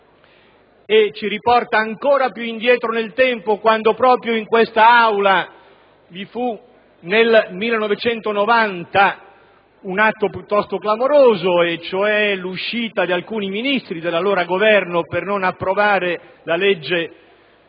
e ci riporta ancora più indietro nel tempo quando, nel 1990, proprio in quest'Aula vi fu un atto piuttosto clamoroso, cioè l'uscita di alcuni Ministri dell'allora Governo per non approvare la